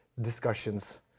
discussions